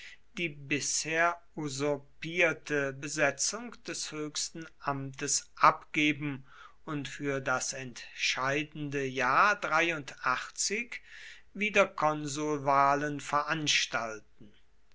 die bisher usurpierte besetzung des höchsten amtes abgeben und für das entscheidende jahr wieder konsulwahlen veranstalten